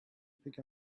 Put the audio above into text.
pick